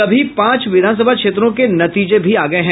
सभी पांच विधानसभा क्षेत्रों के नतीजे भी आ गये हैं